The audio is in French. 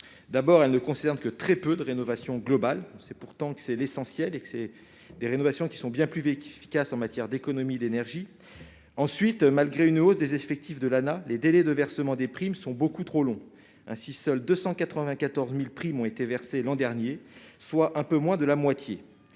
d'abord elle ne concerne que très peu de rénovation globale on sait pourtant que c'est l'essentiel et que c'est des rénovations qui sont bien plus vite efficace en matière d'économie d'énergie, ensuite, malgré une hausse des effectifs de l'Anah, les délais de versement des primes sont beaucoup trop longs, ainsi, seuls 294000 primes ont été versées l'an dernier, soit un peu moins de la moitié